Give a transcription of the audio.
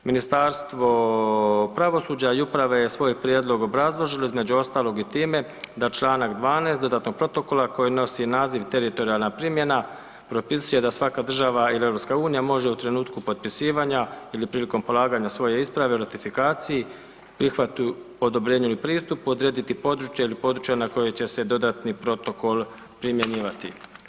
Ministarstvo pravosuđe i uprave je svoj prijedlog obrazložilo, između ostalog i time da čl. 12. dodatnog protokola koji nosi naziv teritorijalna primjena, propisuje da svaka država ili EU može u trenutku potpisivanja ili prilikom polaganja svoje isprave o ratifikaciji, prihvatu, odobrenju ili pristupu, odrediti područje ili područja na koje će se dodatni protokol primjenjivati.